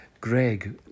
Greg